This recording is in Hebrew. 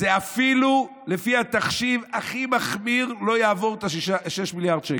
זה אפילו לפי התחשיב הכי מחמיר לא יעבור 6 מיליארד שקל.